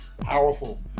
Powerful